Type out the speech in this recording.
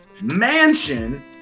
mansion